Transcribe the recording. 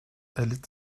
erlitt